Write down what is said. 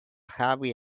heavy